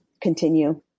continue